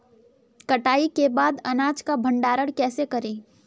कटाई के बाद अनाज का भंडारण कैसे करें?